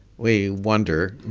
we wonder